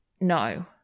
no